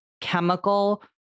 chemical